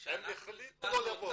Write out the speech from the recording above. שהזמנו אותם --- הם החליטו לא לבוא.